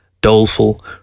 doleful